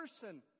person